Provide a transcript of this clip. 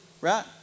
right